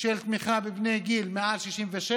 של תמיכה בבני 67 ומעלה.